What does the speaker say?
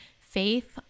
faith